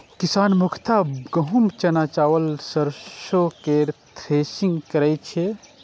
किसान मुख्यतः गहूम, चना, चावल, सरिसो केर थ्रेसिंग करै छै